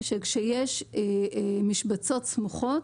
שבו יש משבצות סמוכות,